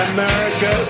America